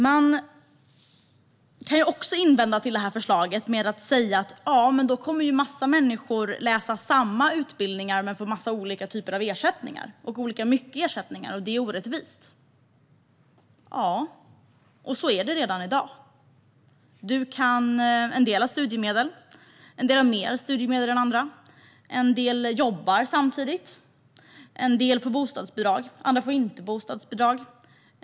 Man kan också invända mot detta förslag med att säga att en massa människor kommer att läsa samma utbildningar men få olika typer av ersättningar och olika mycket i ersättning, vilket är orättvist. Så är det redan i dag. En del har studiemedel. En del har mer studiemedel än andra. En del jobbar samtidigt. En del får bostadsbidrag - andra får det inte.